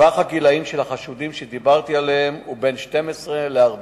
טווח הגילים של החשודים שדיברתי עליהם הוא בין 12 ל-14.